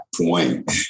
point